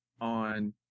on